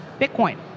Bitcoin